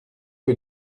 que